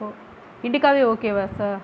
ஓ இண்டிகாவே ஓகேவா சார்